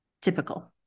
typical